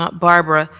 but barbara,